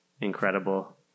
incredible